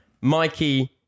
Mikey